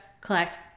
collect